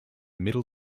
middle